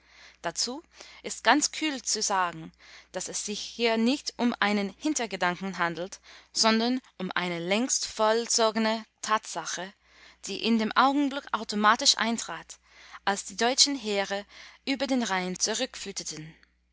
dazu ist ganz kühl zu sagen daß es sich hier nicht um einen hintergedanken handelt sondern um eine längst vollzogene tatsache die in dem augenblick automatisch eintrat als die deutschen heere über den rhein